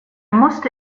musste